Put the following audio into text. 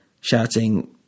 shouting